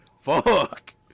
Fuck